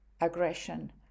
aggression